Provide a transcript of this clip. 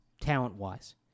talent-wise